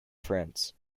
france